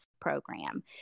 program